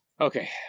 Okay